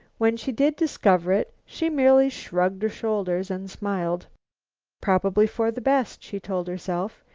when she did discover it, she merely shrugged her shoulders and smiled probably for the best, she told herself.